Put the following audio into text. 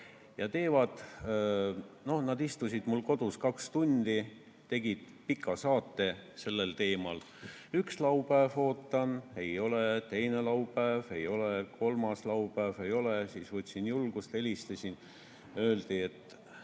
nad istusid mul kodus kaks tundi, tegid pika saate sellel teemal. Üks laupäev ootan, ei ole, teine laupäev ei ole, kolmas laupäev ei ole. Siis võtsin julgust, helistasin. Öeldi, et